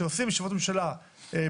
כאשר עושים ישיבות ממשלה ב-זום,